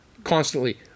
constantly